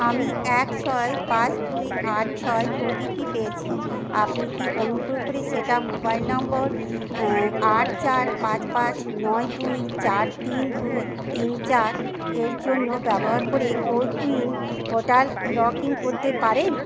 আমি এক ছয় পাঁচ দুই আট ছয় ওটিপি পেয়েছি আপনি কি অনুগ্রহ করে সেটা মোবাইল নম্বর আট চার পাঁচ পাঁচ নয় দুই চার তিন দুই তিন চার এর জন্য ব্যবহার করে কোউইন পোর্টাল লগ ইন করতে পারেন